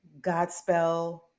*Godspell*